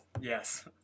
Yes